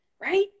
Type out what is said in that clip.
right